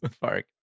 park